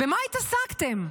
במה התעסקתם?